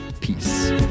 Peace